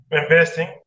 Investing